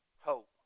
Hope